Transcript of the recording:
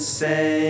say